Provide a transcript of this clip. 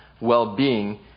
well-being